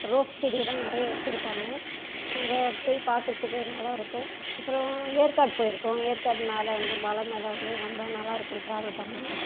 rose செடியெல்லாம் நிறைய வச்சுருப்பாங்க அங்கே போய் பார்க்குறத்துக்கு நல்லாயிருக்கும் அப்புறம் ஏற்காடு போயிருக்கோம் ஏற்காடு மேலே வந்து மலை மேலே வந்து ரொம்ப நல்லாயிருக்கும் ட்ராவல் பண்ண